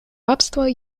рабства